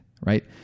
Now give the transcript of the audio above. Right